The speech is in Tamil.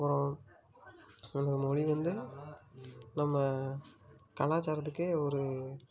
அப்புறம் அந்த மொழி வந்து நம்ம கலாச்சாரத்துக்கே ஒரு